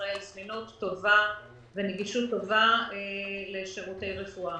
זמינות טובה ונגישות טובה לשירותי רפואה.